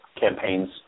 campaigns